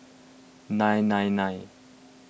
nine nine nine